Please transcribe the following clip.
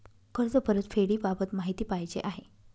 कर्ज परतफेडीबाबत माहिती पाहिजे आहे